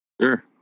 Sure